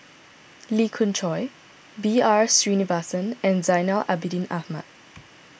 Lee Khoon Choy B R Sreenivasan and Zainal Abidin Ahmad